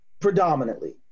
predominantly